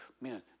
Man